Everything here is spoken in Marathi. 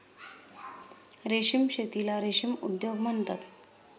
रेशीम शेतीला रेशीम उद्योग म्हणतात